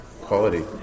quality